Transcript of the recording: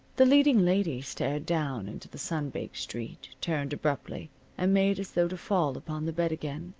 the leading lady stared down into the sun-baked street, turned abruptly and made as though to fall upon the bed again,